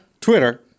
Twitter